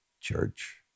church